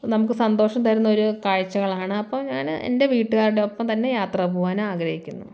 നമുക്ക് സന്തോഷം തരുന്ന ഒരു കാഴ്ചകളാണ് അപ്പം ഞാൻ എൻ്റെ വീട്ടുകാരോടൊപ്പം തന്നെ യാത്ര പോവാൻ ആഗ്രഹിക്കുന്നു